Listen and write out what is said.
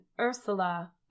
Ursula